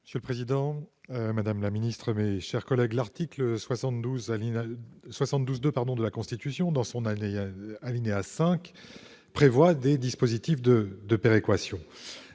Monsieur le président, madame la ministre, mes chers collègues, l'article 72-2 de la Constitution, à son alinéa 5, prévoit des dispositifs de péréquation